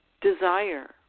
desire